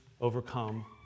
overcome